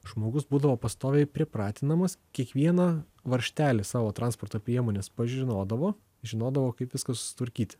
žmogus būdavo pastoviai pripratinamas kiekvieną varžtelį savo transporto priemonės pažinodavo žinodavo kaip viską susitvarkyti